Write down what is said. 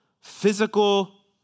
physical